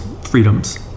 freedoms